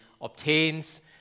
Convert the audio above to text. obtains